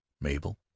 Mabel